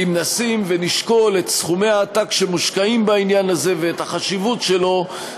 אם נשים ונשקול את סכומי העתק שמושקעים בעניין הזה ואת החשיבות שלו,